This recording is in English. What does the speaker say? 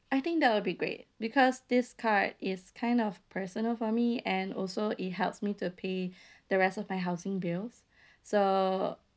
I think that'll be great because this card right is kind of personal for me and also it helps me to pay the rest of my housing bills so